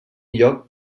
lloc